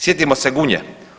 Sjetimo se Gunje.